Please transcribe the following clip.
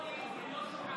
לא שועל,